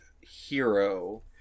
hero